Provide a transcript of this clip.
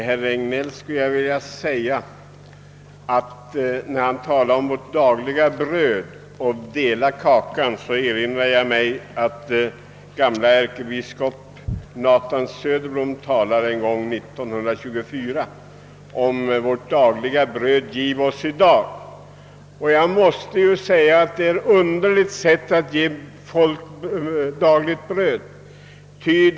Herr talman! När herr Regnéll talade om vårt dagliga bröd och om att dela kakan, erinrade jag mig att ärkebiskopen Nathan Söderblom en gång år 1924 talade över ämnet »Vårt dagliga bröd giv oss i dag». Men jag måste säga att det är ett underligt sätt som man i detta fall vill använda för att ge folk dagligt bröd.